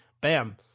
bam